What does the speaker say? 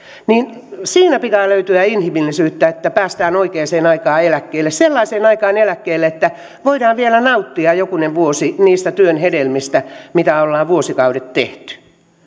pitää löytyä inhimillisyyttä että päästään oikeaan aikaan eläkkeelle sellaiseen aikaan eläkkeelle että voidaan vielä nauttia jokunen vuosi sen työn hedelmistä mitä ollaan vuosikaudet tehty